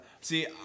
See